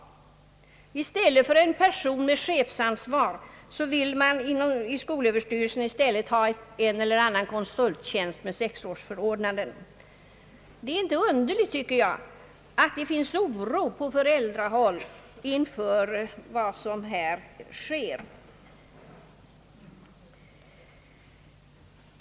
I stället för en person med chefsansvar vill man i skolöverstyrelsen ha en eller annan konsulttjänst med = 6-årsförordnande. Det är inte underligt, tycker jag, att det råder oro på föräldrahåll inför vad som här sker.